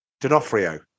D'Onofrio